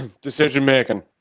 decision-making